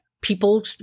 people